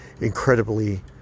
incredibly